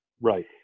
Right